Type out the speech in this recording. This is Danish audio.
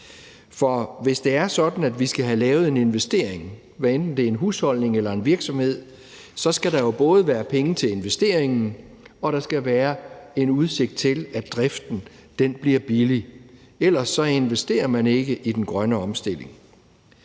for hvis det er sådan, at vi skal have lavet en investering, hvad enten det er en husholdning eller en virksomhed, så skal der jo være både penge til investeringen og udsigt til, at driften bliver billig. Ellers investerer man ikke i den grønne omstilling.